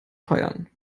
feiern